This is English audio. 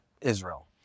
Israel